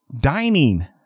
dining